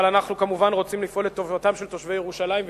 אבל אנחנו כמובן רוצים לפעול לטובתם של תושבי ירושלים,